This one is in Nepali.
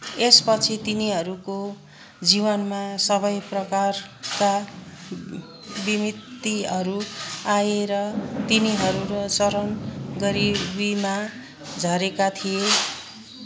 यसपछि तिनीहरूको जीवनमा सबै प्रकारका विपत्तिहरू आए र तिनीहरू चरम गरिबीमा झरेका थिए